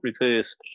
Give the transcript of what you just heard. reversed